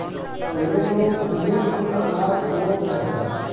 पहिले लोग इहे कुल अनाज बोअत रहे